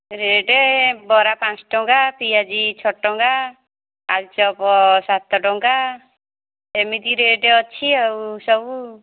bread ବରା ପାଞ୍ଚ ଟଙ୍କା ପିଆଜି ଛଅ ଟଙ୍କା ଆଳୁ ଚପ୍ ସାତ ଟଙ୍କା ଏମିତି ରେଟ୍ ଅଛି ଆଉ ସବୁ